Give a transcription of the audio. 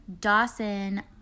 Dawson